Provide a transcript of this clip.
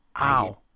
ow